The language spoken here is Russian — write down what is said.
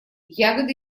ягоды